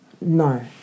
No